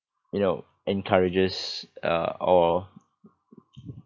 you know encourages uh or